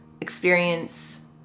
experience